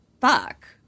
fuck